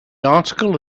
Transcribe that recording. article